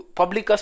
public